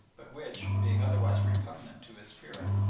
but which, being otherwise repugnant to his spirit,